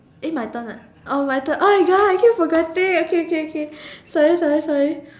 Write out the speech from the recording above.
eh my turn ah oh my turn oh my god I keep forgetting okay okay okay sorry sorry sorry